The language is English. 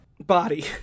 Body